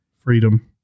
Freedom